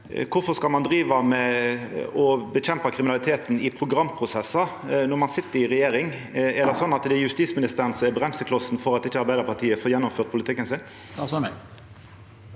Kvifor skal ein skal driva med å kjempa mot kriminaliteten i programprosessar når ein sit i regjering? Er det sånn at det er justisministeren som er bremseklossen for at ikkje Arbeidarpartiet får gjennomført politikken sin?